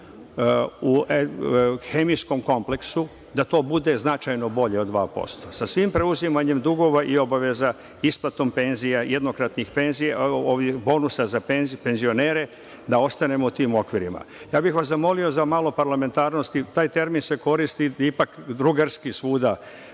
u hemijskom kompleksu, da to bude značajno bolje od 2%, sa svim preuzimanjem dugova i obaveza, isplatom penzija, jednokratnih bonusa za penzionere, da ostanemo u tim okvirima. Ja bih vas zamolio za malo parlamentarnosti. Taj termin se koristi ipak drugarski svuda.